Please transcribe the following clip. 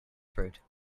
fruit